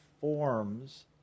forms